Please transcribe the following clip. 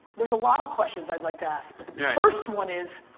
there's a lot of questions i'd like to ask but the yeah first one is,